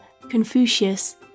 Confucius